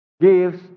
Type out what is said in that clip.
gives